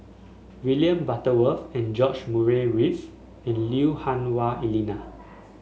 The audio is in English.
William Butterworth George Murray Reith and Lui Hah Wah Elena